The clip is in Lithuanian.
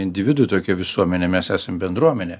individų tokia visuomenė mes esam bendruomenė